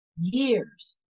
Years